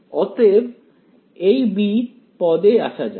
অতএব এই b পদে আসা যাক